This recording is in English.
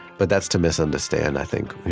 but that's to misunderstand, i think,